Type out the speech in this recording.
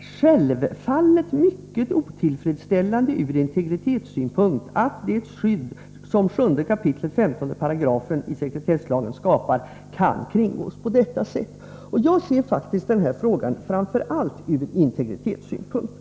”självfallet mycket otillfredsställande ur integritetssynpunkt att det skydd som 7 kap. 15 §isekretesslagen skapar kan kringgås på detta sätt”. Jag ser faktiskt denna fråga framför allt ur integritetssynpunkt.